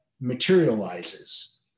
materializes